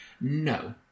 No